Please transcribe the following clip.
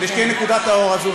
כדי שתהיה נקודת האור הזאת,